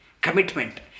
commitment